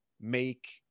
make